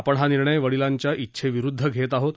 आपण हा निर्णय वडीलांच्या उिछेविरुद्ध घेत आहोत